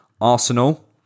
Arsenal